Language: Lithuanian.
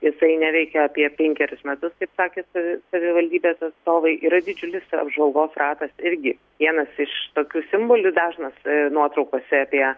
jisai neveikia apie penkerius metus taip sakė savivaldybės atstovai yra didžiulis apžvalgos ratas irgi vienas iš tokių simbolių dažnas nuotraukose apie